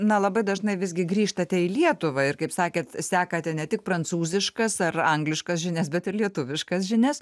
na labai dažnai visgi grįžtate į lietuvą ir kaip sakėt sekate ne tik prancūziškas ar angliškas žinias bet ir lietuviškas žinias